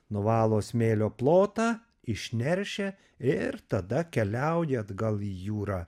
nuvalo smėlio plotą išneršia ir tada keliauja atgal į jūrą